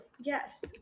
Yes